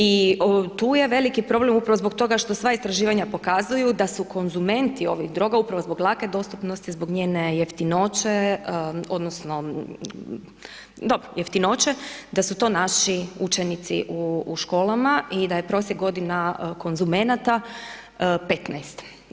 I tu je veliki problem upravo zbog toga što sva istraživanja pokazuju da su konzumenti ovih droga upravo zbog lake dostupnosti, zbog njene jeftinoće, odnosno dobro, jeftinoće, da su to naši učenici u školama i da je prosjek godina konzumenata 15.